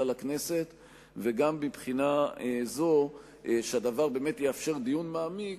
לכנסת וגם מבחינה זו שהדבר באמת יאפשר דיון מעמיק,